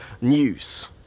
news